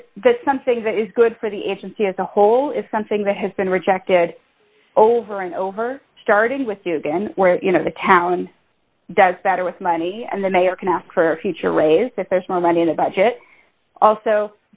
that the something that is good for the agency as a whole is something that has been rejected over and over starting with you again where you know the talent does better with money and the mayor can ask for a future raise that there's more money in a budget also